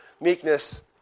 meekness